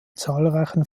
zahlreichen